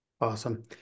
Awesome